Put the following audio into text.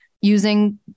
using